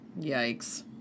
Yikes